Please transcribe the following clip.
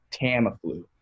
Tamiflu